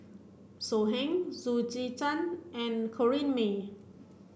So Heng Loo Zihan and Corrinne May